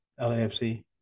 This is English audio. LAFC